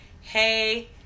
hey